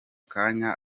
kanya